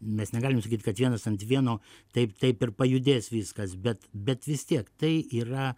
mes negalim sakyt kad vienas ant vieno taip taip ir pajudės viskas bet bet vis tiek tai yra